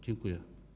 Dziękuję.